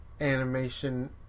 animation